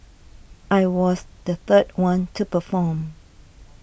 I was the third one to perform